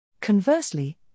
Conversely